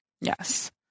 Yes